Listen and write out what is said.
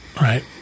Right